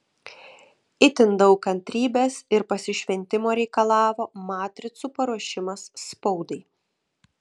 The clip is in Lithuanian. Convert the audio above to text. itin daug kantrybės ir pasišventimo reikalavo matricų paruošimas spaudai